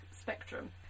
Spectrum